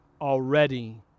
already